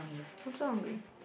I'm so hungry